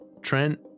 Trent